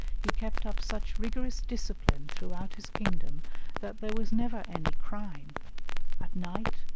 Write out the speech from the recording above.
he kept up such rigorous discipline throughout his kingdom that there was never any crime at night,